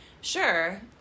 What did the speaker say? Sure